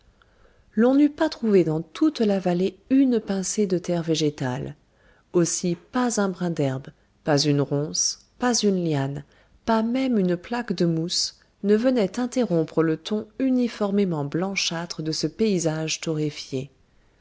l'on n'eût pas trouvé dans toute la vallée une pincée de terre végétale aussi pas un brin d'herbe pas une ronce pas une liane pas même une plaque de mousse ne venait interrompre le ton uniformément blanchâtre de ce paysage torréfié